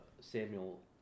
Samuel